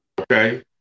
okay